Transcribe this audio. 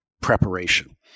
preparation